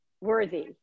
worthy